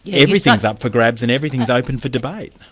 everything's up for grabs and everything's open for debate.